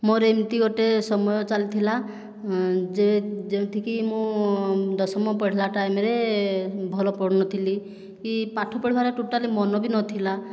ମୋର ଏମିତି ଗୋଟିଏ ସମୟ ଚାଲିଥିଲା ଯେ ଯେମିତିକି ମୁଁ ଦଶମ ପଢ଼ିଲା ଟାଇମରେ ଭଲ ପଢ଼ୁନଥିଲି କି ପାଠ ପଢ଼ିବାରେ ଟୋଟାଲି ମନ ବି ନଥିଲା